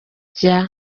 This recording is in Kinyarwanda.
bya